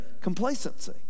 Complacency